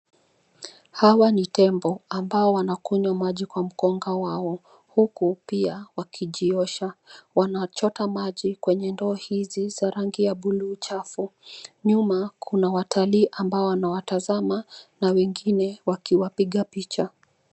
Hawa ni tembo ambao wanakunywa maji kwa mkonga wao, huku pia wakijiosha. Wanachota maji kwenye ndoo hizi za rangi ya buluu chafu. Nyuma, kuna watalii ambao wanawatazama na wengine wakiwapiga picha.